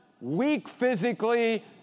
weak-physically